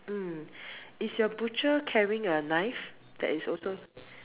mm is your butcher carrying a knife that is also